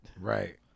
Right